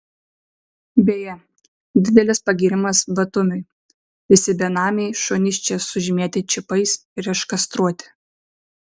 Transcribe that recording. beje didelis pagyrimas batumiui visi benamiai šunys čia sužymėti čipais ir iškastruoti